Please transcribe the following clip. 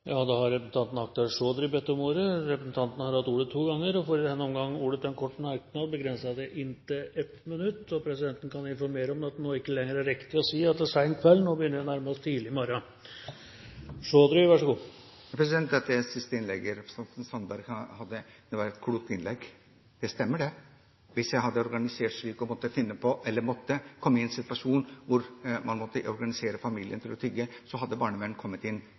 ja, hvis sosiale virkemidler er å sette alle sammen i jobb, får vi også en interessant utvikling med hensyn til hvor mange vi greier å sysselsette etter hvert. Da starter vi bare en ny bølge. Representanten Akhtar Chaudhry har hatt ordet to ganger tidligere og får ordet til en kort merknad, begrenset til 1 minutt. Presidenten kan informere om at det nå ikke lenger er riktig å si at det er sen kveld, nå begynner vi å nærme oss tidlig morgen. Dette er til det siste innlegget fra representanten Sandberg. Det var et klokt innlegg. Det stemmer det, hvis jeg hadde kommet i en situasjon hvor jeg måtte organisere familien til å tigge, så hadde